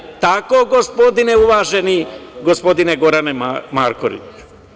Da li je tako, gospodine uvaženi, gospodine Gorane Markoviću?